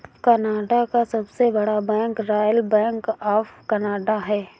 Canada का सबसे बड़ा bank royal bank of Canada है